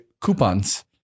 coupons